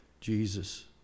Jesus